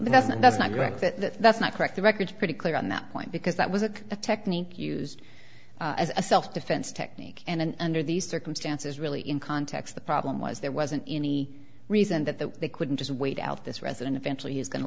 correct that that's not correct the record pretty clear on that point because that was a technique used as a self defense technique and under these circumstances really in context the problem was there wasn't any reason that they couldn't just wait out this resident eventually is going to